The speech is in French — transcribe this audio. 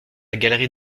galerie